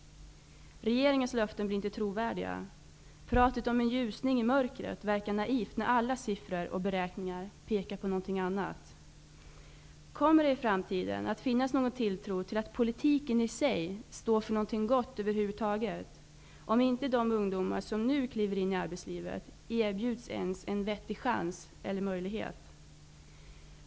Regeringens löften blir inte trovärdiga. Pratet om en ljusning i mörkret verkar naivt när alla siffror och beräkningar pekar på någonting annat. Kommer det i framtiden att finnas någon tilltro till att politiken i sig står för något gott om inte de ungdomar som nu kliver in i arbetslivet erbjuds ens en vettig chans eller möjlighet?